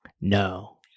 No